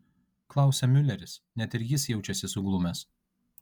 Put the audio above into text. klausia miuleris net ir jis jaučiasi suglumęs